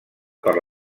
per